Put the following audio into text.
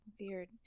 Weird